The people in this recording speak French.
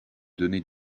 donner